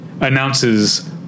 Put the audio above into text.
announces